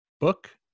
book